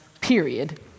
period